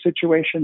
situation